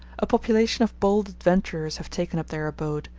a population of bold adventurers have taken up their abode,